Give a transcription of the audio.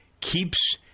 keeps